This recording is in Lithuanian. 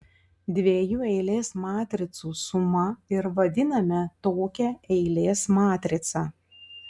dviejų eilės matricų suma ir vadiname tokią eilės matricą